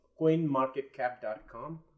CoinMarketCap.com